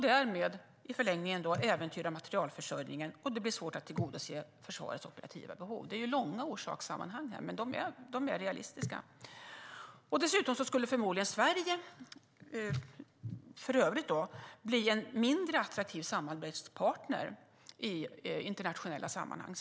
I förlängningen skulle detta äventyra materielförsörjningen, och då blir det svårt att tillgodose försvarets operativa behov. Orsakssammanhangen är långa här, men de är realistiska. Dessutom skulle Sverige förmodligen bli en mindre attraktiv samarbetspartner i internationella sammanhang.